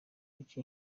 iki